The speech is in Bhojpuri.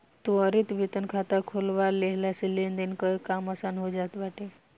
त्वरित वेतन खाता खोलवा लेहला से लेनदेन कअ काम आसान हो जात बाटे